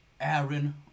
Aaron